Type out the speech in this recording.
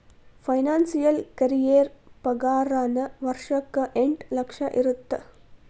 financial career ಪಾಗಾರನ ವರ್ಷಕ್ಕ ಎಂಟ್ ಲಕ್ಷ ಇರತ್ತ